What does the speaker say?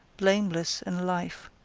blameless in life,